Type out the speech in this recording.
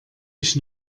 ich